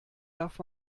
darf